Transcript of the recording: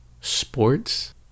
sports